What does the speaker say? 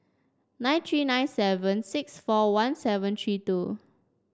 nine three nine seven six four one seven three two